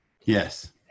Yes